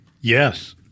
Yes